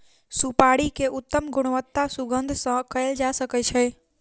सुपाड़ी के उत्तम गुणवत्ता सुगंध सॅ कयल जा सकै छै